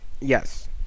Yes